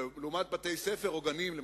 לעומת בתי-ספר או גנים למשל.